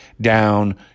down